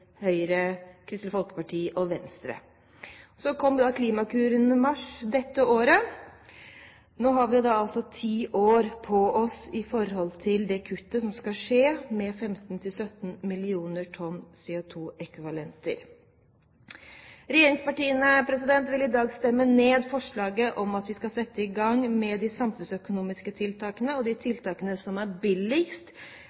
Høyre, Kristelig Folkeparti og Venstre. Så kom Klimakur i mars dette året. Nå har vi da ti år på oss med tanke på det kuttet som skal skje på 15–17 mill. tonn CO2-ekvivalenter. Regjeringspartiene vil i dag stemme ned forslaget om at vi skal sette i gang med de samfunnsøkonomiske tiltakene og de